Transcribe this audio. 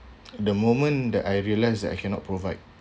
the moment that I realised that I cannot provide